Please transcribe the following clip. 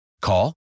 Call